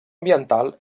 ambiental